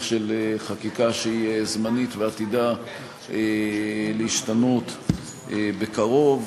של חקיקה שהיא זמנית ועתידה להשתנות בקרוב.